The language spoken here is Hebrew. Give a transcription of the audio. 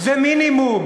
זה מינימום.